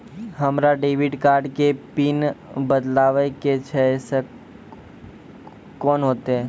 हमरा debit card के PIN बदलबावै के छैं से कौन होतै?